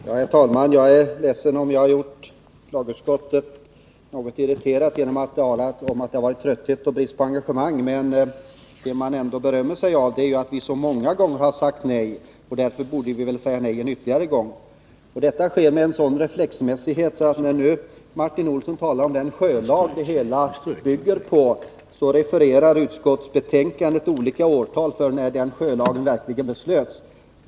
Herr talman! Jag är ledsen om jag har gjort lagutskottet något irriterat genom att tala om att det har varit trötthet och brist på engagemang. Men det man berömmer sig av är ju ändå att vi så många gånger har sagt nej — och därför borde vi väl säga nej ytterligare en gång. Detta sker med reflexmässighet. Martin Olsson talade nu om den sjölag det hela bygger på. I utskottsbetänkandet anges olika årtal för när den sjölagen verkligen beslöts.